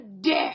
dick